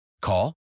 Call